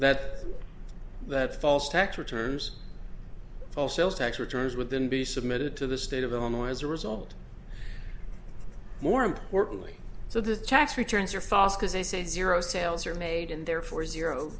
that that false tax returns all sales tax returns with them be submitted to the state of illinois as a result more importantly so the tax returns are fos because they say zero sales are made and therefore zero